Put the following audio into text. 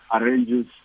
arranges